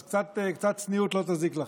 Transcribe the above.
אז קצת צניעות לא תזיק לכם.